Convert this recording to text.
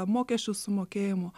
mokesčių sumokėjimu